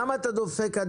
גם על הוותיקים?